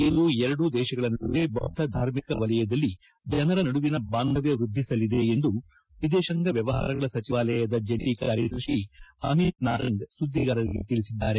ಇದು ಎರಡೂ ದೇಶಗಳ ನಡುವೆ ಬೌದ್ದ ಧಾರ್ಮಿಕ ವಲಯದಲ್ಲಿ ಜನರ ನಡುವಿನ ಬಾಂಧವ್ಯ ವ್ಬದ್ದಿಸಲಿದೆ ಎಂದು ವಿದೇಶಾಂಗ ವ್ಯವಹಾರಗಳ ಸಚಿವಾಲಯದ ಜಂಟಿ ಕಾರ್ಯದರ್ಶಿ ಅಮಿತ್ ನಾರಂಗ್ ಸುದ್ದಿಗಾರರಿಗೆ ತಿಳಿಸಿದ್ದಾರೆ